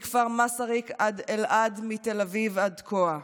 מכפר מסריק עד אלעד, מתל אביב עד תקוע.